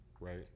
right